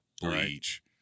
bleach